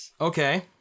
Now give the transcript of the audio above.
Okay